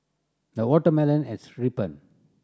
the watermelon has ripened